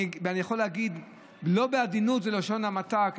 אני יכול להגיד בלשון המעטה,